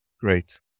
Great